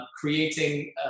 creating